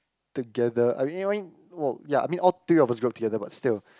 together I mean I mean well ya I mean all three of us grow together but still